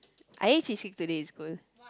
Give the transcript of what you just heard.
I ate cheesecake today in school